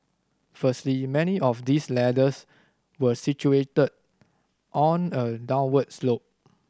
firstly many of these ladders were situated on a downward slope